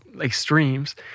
extremes